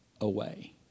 away